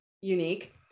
unique